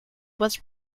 was